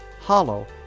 Hollow